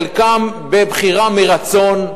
חלקם בבחירה מרצון,